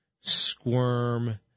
squirm